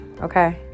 Okay